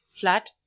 flat